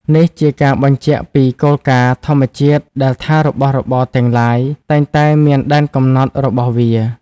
នេះជាការបញ្ជាក់ពីគោលការណ៍ធម្មជាតិដែលថារបស់របរទាំងឡាយតែងតែមានដែនកំណត់របស់វា។